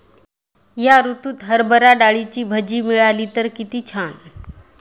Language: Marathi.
या ऋतूत हरभरा डाळीची भजी मिळाली तर कित्ती छान